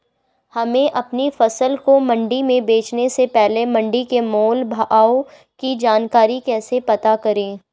हमें अपनी फसल को मंडी में बेचने से पहले मंडी के मोल भाव की जानकारी कैसे पता करें?